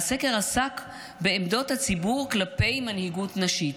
והסקר עסק בעמדות הציבור כלפי מנהיגות נשית.